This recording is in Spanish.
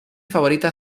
favorita